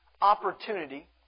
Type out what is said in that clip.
opportunity